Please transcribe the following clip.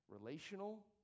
Relational